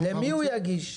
למי הוא יגיש?